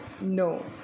No